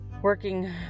Working